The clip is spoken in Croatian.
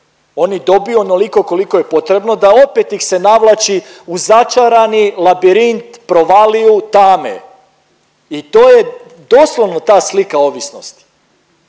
Oni dobiju onoliko koliko je potrebno da opet ih se navlači u začarani labirint provaliju tame i to je doslovno ta slika ovisnosti.